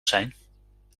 zijn